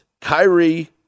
Kyrie